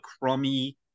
crummy